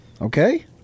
Okay